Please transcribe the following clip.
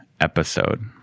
episode